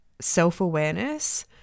self-awareness